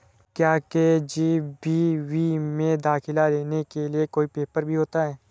क्या के.जी.बी.वी में दाखिला लेने के लिए कोई पेपर भी होता है?